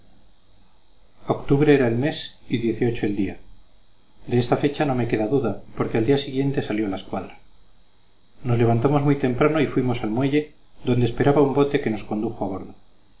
octubre era el mes y el día de esta fecha no me queda duda porque al día siguiente salió la escuadra nos levantamos muy temprano y fuimos al muelle donde esperaba un bote que nos condujo a bordo